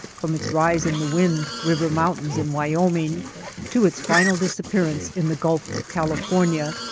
from its rise in the wind river mountains in wyoming to its final disappearance in the gulf of california,